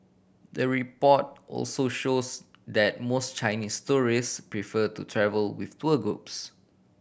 the report also shows that most Chinese tourist prefer to travel with tour groups